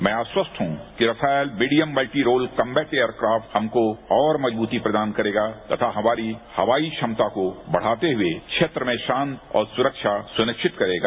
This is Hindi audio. मैं आश्वस्त हूं कि Rafale medium multi role combat aircraft हमको और मजबूत प्रदान करेगा तथा हमारी हवाई क्षमता को बढ़ाते हए क्षेत्र में शांति और सुरक्षा सुनिरिचत करेगा